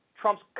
Trump's